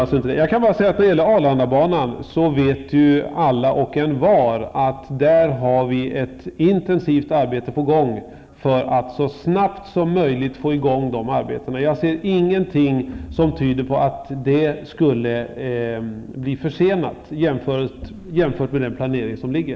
Alla och envar vet att när det gäller Arlandabanan råder där ett intensivt arbete för att så snabbt som möjligt få igång arbetstillfällena. Jag ser ingenting som tyder på att det skulle bli försenat jämfört med den planering som föreligger.